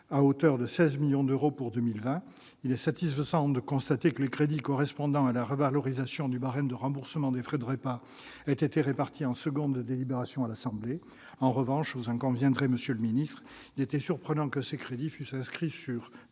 à hauteur de 16 millions d'euros pour 2020. Il est satisfaisant de constater que les crédits correspondant à la revalorisation du barème de remboursement des frais de repas aient été répartis en seconde délibération à l'Assemblée nationale. En revanche, vous en conviendrez, monsieur le secrétaire d'État, il était surprenant que ces crédits fussent inscrits au